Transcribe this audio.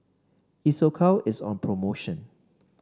Isocal is on promotion